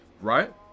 right